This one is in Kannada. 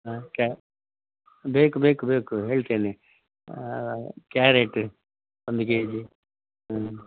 ಹಾಂ ಕ್ಯಾ ಬೇಕು ಬೇಕು ಬೇಕು ಹೇಳ್ತೇನೆ ಹಾಂ ಕ್ಯಾರೇಟ್ ಒಂದು ಕೆಜಿ ಹ್ಞೂ